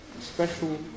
special